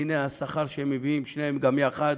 והנה השכר שמביאים שניהם גם יחד